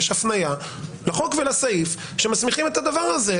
הפניה לחוק ולסעיף שמסמיכים את הדבר הזה,